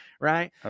Right